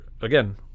again